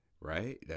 Right